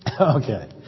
Okay